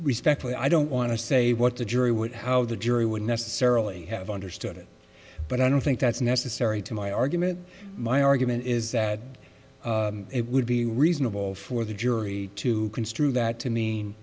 respectfully i don't want to say what the jury would how the jury would necessarily have understood it but i don't think that's necessary to my argument my argument is that it would be reasonable for the jury to construe that to me